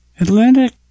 Atlantic